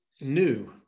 new